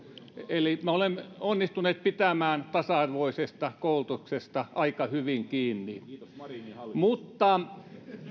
eli me olemme onnistuneet pitämään tasa arvoisesta koulutuksesta aika hyvin kiinni mutta